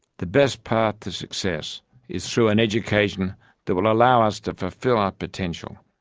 the best path to success is through an education that will allow us to fulfill our potential.